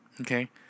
Okay